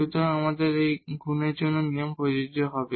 সুতরাং এখানে আবার গুনের নিয়ম প্রযোজ্য হবে